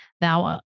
Thou